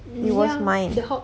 it was mine